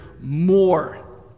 more